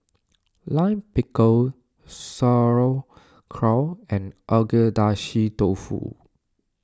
Lime Pickle Sauerkraut and Agedashi Dofu